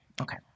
Okay